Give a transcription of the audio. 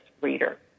reader